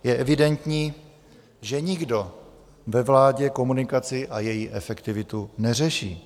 Je evidentní, že nikdo ve vládě komunikaci a její efektivitu neřeší.